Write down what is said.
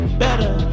better